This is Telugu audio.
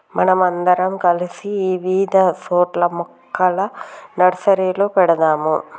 మనం అందరం కలిసి ఇవిధ సోట్ల మొక్కల నర్సరీలు పెడదాము